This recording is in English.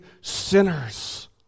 sinners